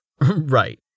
Right